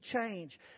change